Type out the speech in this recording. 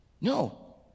no